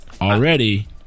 already